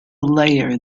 layer